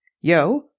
yo